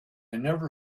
never